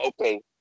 Okay